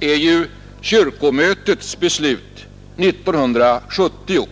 är kyrkomötets beslut 1970.